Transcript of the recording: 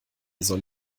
soll